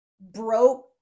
broke